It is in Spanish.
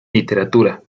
literatura